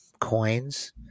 coins